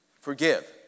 Forgive